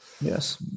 Yes